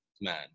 man